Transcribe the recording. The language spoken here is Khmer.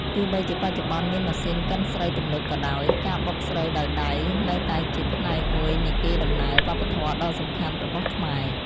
ទោះបីជាបច្ចុប្បន្នមានម៉ាស៊ីនកិនស្រូវទំនើបក៏ដោយ ការបុកស្រូវដោយដៃនៅតែជាផ្នែកមួយនៃកេរដំណែលវប្បធម៌ដ៏សំខាន់របស់ខ្មែរ។